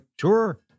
Sure